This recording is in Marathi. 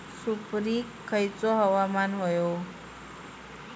सुपरिक खयचा हवामान होया?